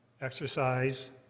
exercise